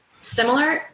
similar